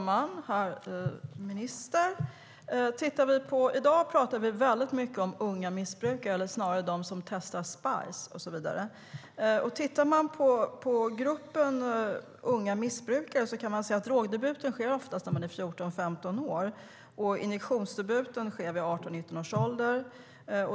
Fru talman, herr minister! I dag pratar vi väldigt mycket om unga missbrukare, de som testar spice och så vidare. I gruppen unga missbrukare sker drogdebuten oftast i åldrarna 14-15 år, och injektionsdebuten sker vid 18-19 års ålder.